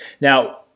now